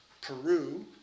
Peru